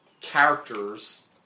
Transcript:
characters